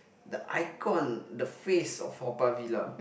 the icon the face of Haw-Par-Villa